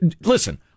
listen